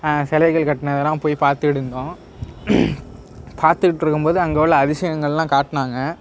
சிலைகள் கட்டினதுலாம் போய் பார்த்துட்டுருந்தோம் பார்த்துட்டு இருக்கும் போது அங்கே உள்ள அதிசயங்கள்லாம் காட்டினாங்க